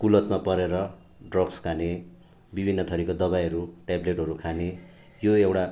कुलतमा परेर ड्रग्स खाने विभिन्न थरिको दबाईहरू ट्याब्लेटहरू खाने यो एउटा